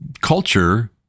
culture